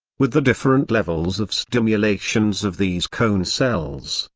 with the different levels of stimulations of these cone cells,